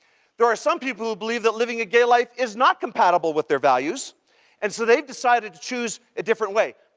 there are some people who believe that living a gay life is not compatible with their values and so they've decided to choose a different way.